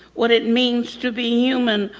what it means to be human.